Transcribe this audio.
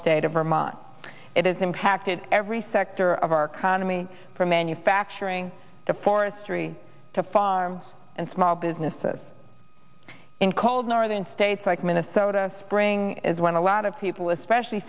state of vermont it has impacted every sector of our economy from manufacturing to forestry to farms and small businesses in cold northern states like minnesota spring is when a lot of people especially